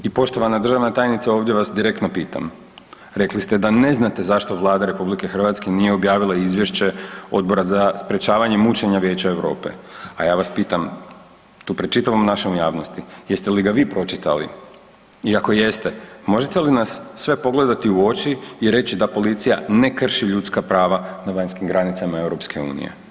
I poštovana državna tajnice ovdje vas direktno pitam, rekli ste da ne znate zašto Vlada RH nije objavila izvješće Odbora za sprječavanje mučenja Vijeća Europe, a ja vas pitam tu pred čitavom našom javnosti, jeste li ga vi pročitali i ako jeste možete li nas sve pogledati u oči i reći da policija ne krši ljudska prava na vanjskim granicama EU?